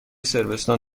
صربستان